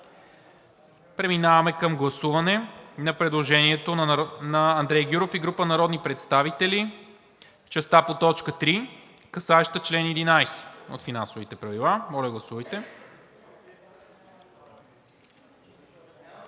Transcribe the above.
Преминаваме към гласуване на предложението на Андрей Гюров и група народни представители в частта по т. 3, касаеща чл. 11 от Финансовите правила. Гласували